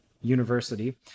university